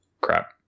Crap